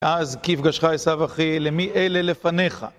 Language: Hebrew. אז כי פגשך, עשיו אחי, למי אלה לפניך?